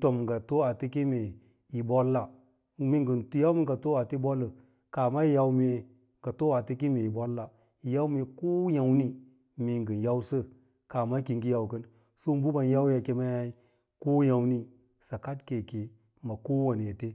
tom ngɚ fo ateke mee bolla, mee ngɚ to ate bollɚ kaah ma yi yau mee ngɚ too ate ke yi bolla, yin yau mee ko yàmni mee ngɚ yausɚ kaah ma ki yi ngɚ yau kɚn bɚɓan yau yi kemei ko yàmm sɚ kad keke ma kowane ete.